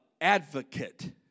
advocate